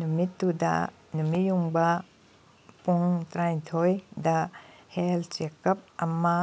ꯅꯨꯃꯤꯠꯇꯨꯗ ꯅꯨꯃꯤꯠ ꯌꯨꯡꯕ ꯄꯨꯡ ꯇꯔꯥꯅꯤꯊꯣꯏꯗ ꯍꯦꯜꯠ ꯆꯦꯛ ꯑꯞ ꯑꯃ